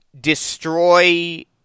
destroy